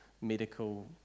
medical